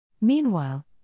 Meanwhile